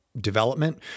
development